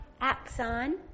axon